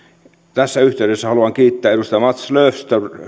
tässä yhteydessä haluan kiittää edustaja mats